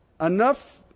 enough